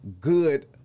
good